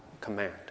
command